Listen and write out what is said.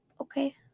okay